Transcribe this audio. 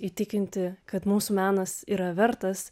įtikinti kad mūsų menas yra vertas